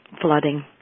flooding